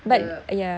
the